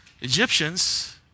Egyptians